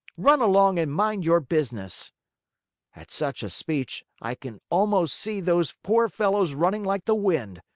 run along and mind your business at such a speech, i can almost see those poor fellows running like the wind.